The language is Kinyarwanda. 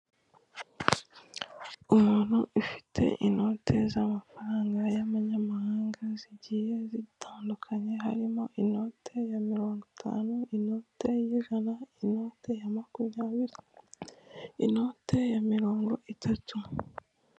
Umuntu ufite inote z'amafaranga y'amanyamahanga zigiye zitandukanye, harimo inote ya mirongo itanu, inote y'ijana, inote ya makumyabiri, inote ya mirongo itatu.